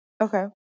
Okay